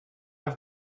have